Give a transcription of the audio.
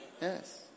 Yes